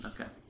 Okay